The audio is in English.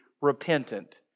repentant